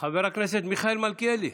חבר הכנסת מיכאל מלכיאלי,